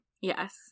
Yes